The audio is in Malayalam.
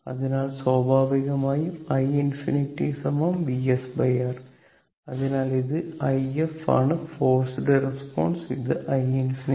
അതിനാൽ സ്വാഭാവികമായും iinfinity VsR അതിനാൽ ഇത് i f ആണ് ഫോസ്ഡ് റെസ്പോൺസ് ഇത് iinfinity VsR